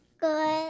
Good